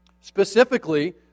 specifically